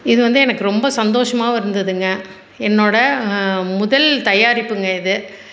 இது வந்து எனக்கு ரொம்ப சந்தோஷமாகவும் இருந்ததுங்க என்னோட முதல் தயாரிப்புங்க இது